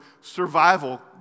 survival